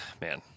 man